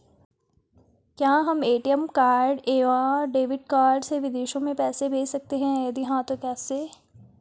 क्या हम ए.टी.एम या डेबिट कार्ड से विदेशों में पैसे भेज सकते हैं यदि हाँ तो कैसे?